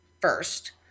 first